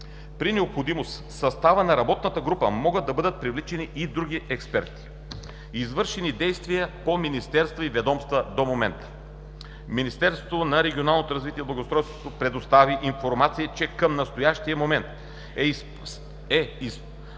При необходимост в състава на работната група могат да бъдат привличани и други експерти. Извършени действия по министерства и ведомства до момента: Министерството на регионалното развитие и благоустройството представи информация, че към настоящия момент, в изпълнение